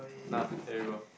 nah here you go